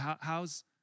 How's